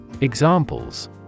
Examples